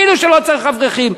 תגידו שלא צריך אברכים.